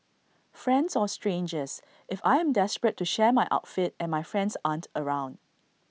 friends or strangers if I am desperate to share my outfit and my friends aren't around